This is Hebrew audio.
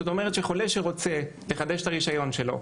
כלומר חולה שרוצה לחדש את הרישיון שלו,